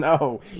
No